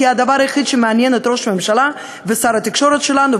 כי הדבר היחיד שמעניין את ראש הממשלה ושר התקשורת שלנו,